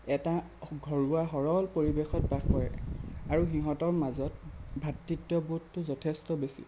এটা ঘৰুৱা সৰল পৰিৱেশত বাস কৰে আৰু সিহঁতৰ মাজত ভাতৃত্ববোধটো যথেষ্ট বেছি